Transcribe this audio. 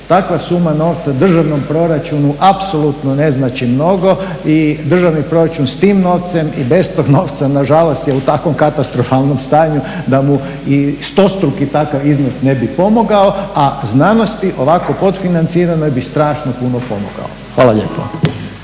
takva suma novca državnom proračunu apsolutno ne znači mnogo i državni proračun s tim novcem i bez tog novca nažalost je u takvom katastrofalnom stanju da mu i strostruki takav iznos ne bi pomogao, a znanosti ovako podfinanciranoj bi strašno puno pomogao. Hvala lijepa.